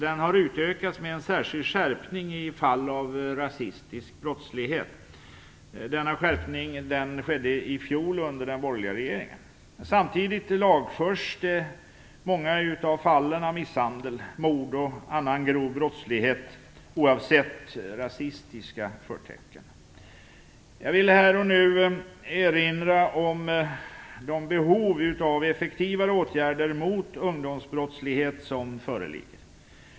Den har utökats med en särskild skärpning i fall av rasistisk brottslighet. Denna skärpning skedde i fjol under den borgerliga regeringen. Men samtidigt lagförs många fall av misshandel, mord och annan grov brottslighet oavsett rasistiska förtecken. Jag vill här och nu erinra om de behov av effektivare åtgärder mot ungdomsbrottslighet som föreligger.